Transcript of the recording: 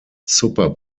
super